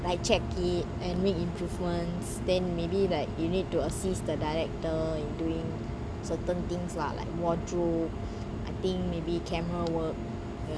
like check it and make improvements then maybe like you need to assist the director in doing certain things lah like wardrobe I think maybe camera work ya